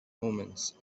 omens